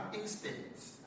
instincts